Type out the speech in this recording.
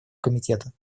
комитета